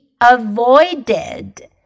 avoided